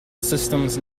systems